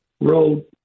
road